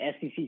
SEC